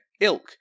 ilk